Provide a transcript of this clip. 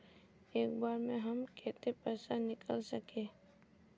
एक बार में हम केते पैसा निकल सके?